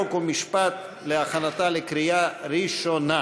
חוק ומשפט להכנתה לקריאה ראשונה.